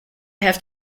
have